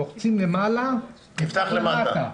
לוחצים למעלה, נפתח למטה.